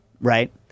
right